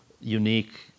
unique